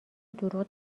دروغ